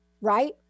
right